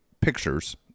pictures